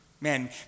Man